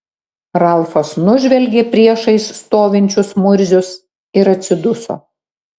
ralfas nužvelgė priešais stovinčius murzius ir atsiduso